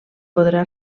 podrà